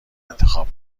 انتخاب